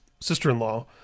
sister-in-law